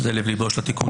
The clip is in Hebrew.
זה לב התיקון